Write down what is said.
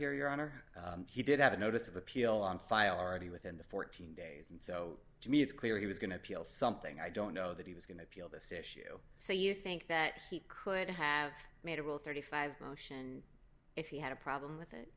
here your honor he did have a notice of appeal on file already within the fourteen days and so to me it's clear he was going to appeal something i don't know that he was going to appeal this issue so you think that he could have made a rule thirty five motion if he had a problem with it